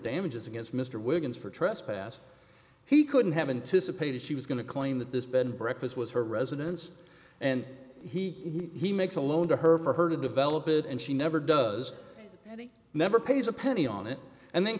damages against mr wiggins for trespass he couldn't have anticipated she was going to claim that this bed and breakfast was her residence and he he makes a loan to her for her to develop it and she never does any never pays a penny on it and then